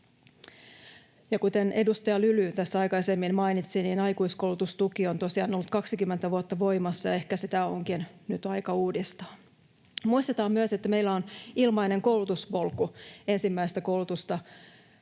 Kuten edustaja Lyly tässä aikaisemmin mainitsi, aikuiskoulutustuki on tosiaan ollut 20 vuotta voimassa. Ehkä sitä onkin nyt aika uudistaa. Muistetaan myös, että meillä on ilmainen koulutuspolku ensimmäistä tutkintoa